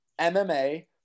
MMA